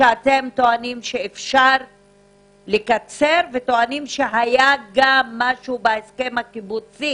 שאתם טוענים שאפשר לקצר ושהיה גם משהו בהסכם הקיבוצי